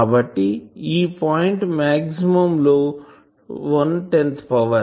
కాబట్టి ఈ point maximum లో వన్ టెన్త్ పవర్